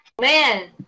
man